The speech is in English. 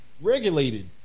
regulated